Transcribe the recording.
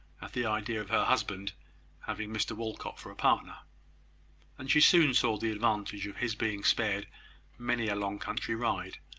at the idea of her husband having mr walcot for a partner and she soon saw the advantage of his being spared many a long country ride,